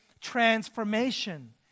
transformation